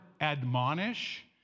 admonish